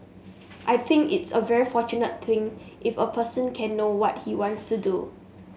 I think it's a very fortunate thing if a person can know what he wants to do